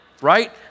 right